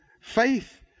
Faith